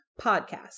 Podcast